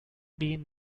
been